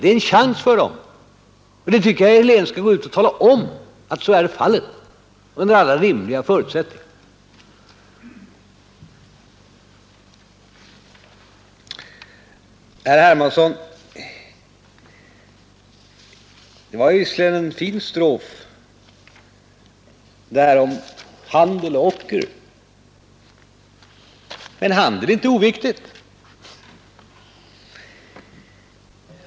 Det är en chans för dem, och jag tycker att herr Helén skall gå ut och tala om att så är fallet under alla rimliga förutsättningar. Herr Hermansson! Det var visserligen en fin strof om handel och ocker. Men handel är inte oviktig.